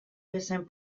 bezain